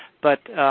but